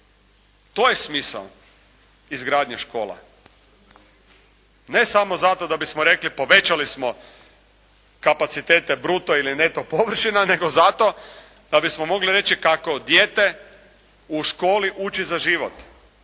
To je smisao izgradnje škola. Ne samo zato da bismo rekli povećali smo kapacitete bruto ili neto površina nego zato da bismo mogli reći kako dijete u školi uči za život